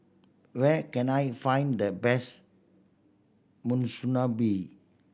where can I find the best Monsunabe